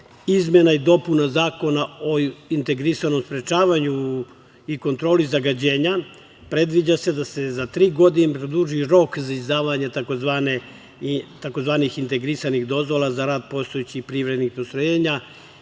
izmena i dopuna Zakona o integrisanom sprečavanju i kontroli zagađenja, predviđa se da se za tri godine produži rok za izdavanje tzv. integrisanih dozvola za rad postojećih privrednim postrojenja